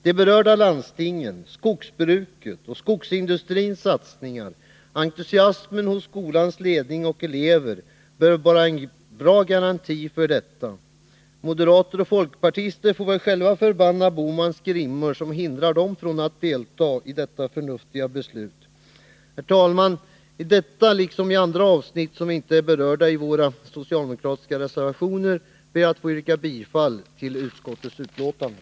De berörda landstingen, skogsbruket och skogsindustrins satsningar, entusiasmen hos skolans ledning och elever bör vara en bra garanti för detta. Moderater och folkpartister får själva förbanna Gösta Bohmans grimmor som hindrar dem från att delta i detta förnuftiga beslut. Herr talman! I detta liksom i andra avsnitt som inte är berörda i våra socialdemokratiska reservationer ber jag att få yrka bifall till utskottets hemställan.